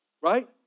Right